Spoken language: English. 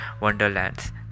wonderlands